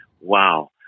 wow